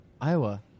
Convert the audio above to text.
Iowa